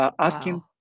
asking